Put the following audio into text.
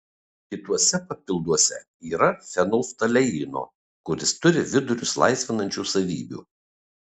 kituose papilduose yra fenolftaleino kuris turi vidurius laisvinančių savybių